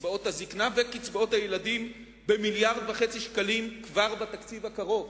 הזיקנה ואת קצבאות הילדים במיליארד וחצי שקלים כבר בתקציב הקרוב,